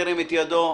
ירים את ידו.